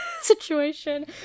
situation